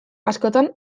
askotan